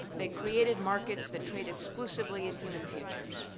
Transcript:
they created markets that trade exclusively in human futures.